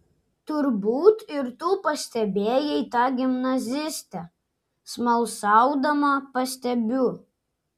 turbūt ir tu pastebėjai tą gimnazistę smalsaudama pastebiu